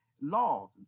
laws